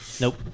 Nope